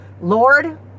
Lord